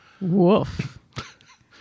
Woof